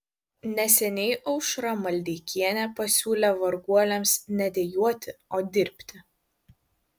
neseniai aušra maldeikienė pasiūlė varguoliams ne dejuoti o dirbti